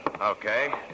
Okay